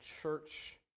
church